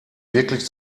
wirklich